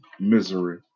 misery